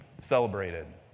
celebrated